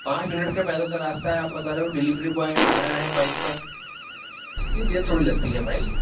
پانچ منٹ کا پیدل کا راستہ ہے آپ بتا رہے ہو ڈلیوری بوائے آ رہا ہے بائک پر اتنی دیر تھوڑی لگتی ہے بھائی